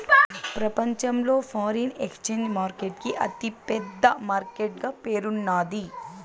ప్రపంచంలో foreign exchange market కి అతి పెద్ద మార్కెట్ గా పేరున్నాది